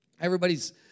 everybody's